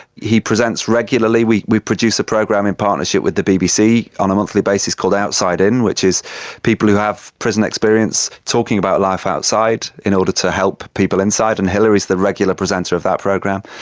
he presents regularly, we we produce a program in partnership with the bbc on a monthly basis called outside in which is people who have prison experience talking about life outside in order to help people inside, and hilary is the regular presenter of that program.